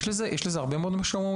יש לזה הרבה מאוד משמעויות.